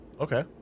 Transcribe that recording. Okay